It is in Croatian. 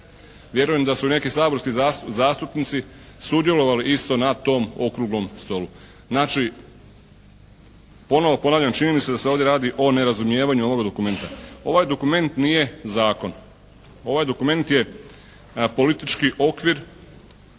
Vjerujem da su i neki saborski zastupnici sudjelovali isto na tom Okruglom stolu. Znači ponovo ponavljam čini mi se da se ovdje radi o nerazumijevanju ovoga dokumenta. Ovaj dokument nije zakon. Ovaj dokument je politički okvir